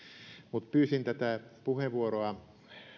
mutta pyysin tätä puheenvuoroa